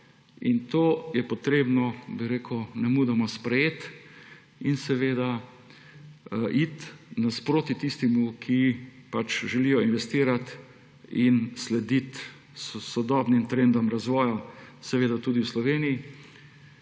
To je potrebno nemudoma sprejeti in seveda it nasproti tistemu, ki želijo investirati in slediti sodobnim trendom razvoja, seveda tudi v Sloveniji,